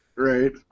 Right